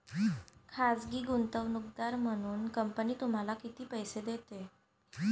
खाजगी गुंतवणूकदार म्हणून कंपनी तुम्हाला किती पैसे देते?